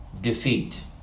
defeat